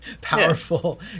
powerful